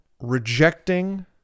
rejecting